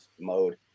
mode